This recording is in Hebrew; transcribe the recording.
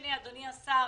אדוני השר